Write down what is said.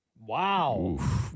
Wow